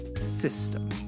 system